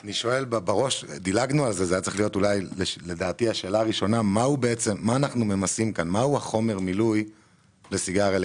אני רוצה לדבר על נפח המכל של נוזל המילוי של הסיגריות